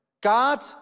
God